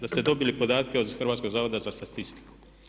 da ste dobili podatke od Hrvatskog zavoda za statistiku.